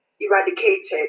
eradicated